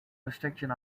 restriction